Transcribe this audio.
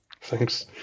thanks